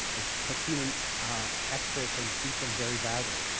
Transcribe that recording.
it took human experts and beat them very badly.